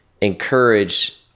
encourage